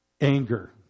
anger